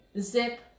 Zip